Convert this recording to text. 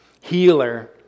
healer